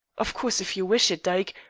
of course, if you wish it, dyke,